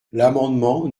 l’amendement